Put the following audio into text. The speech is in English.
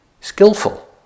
skillful